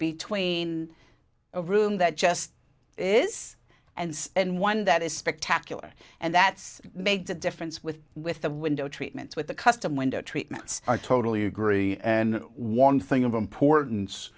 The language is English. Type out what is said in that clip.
between a room that just is and and one that is spectacular and that's made the difference with with the window treatments with the custom window treatments i totally agree and one thing of